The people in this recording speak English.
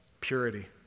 purity